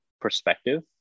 perspective